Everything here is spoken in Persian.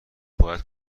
باید